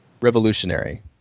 revolutionary